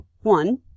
One